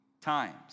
times